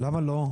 למה לא?